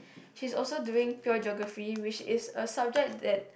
he's also doing pure geography which is a subject that